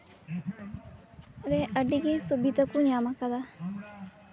ᱨᱮ ᱟᱹᱰᱤ ᱜᱮ ᱥᱩᱵᱤᱫᱟ ᱠᱚ ᱧᱟᱢ ᱟᱠᱟᱫᱟ